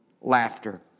Laughter